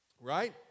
Right